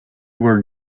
were